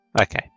Okay